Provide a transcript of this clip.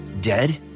dead